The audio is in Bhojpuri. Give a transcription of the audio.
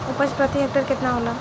उपज प्रति हेक्टेयर केतना होला?